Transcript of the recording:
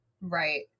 Right